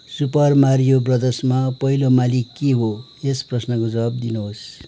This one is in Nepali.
सुपर मारियो ब्रदर्समा पहिलो मालिक के हो यस प्रश्नको जवाफ दिनुहोस्